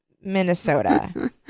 Minnesota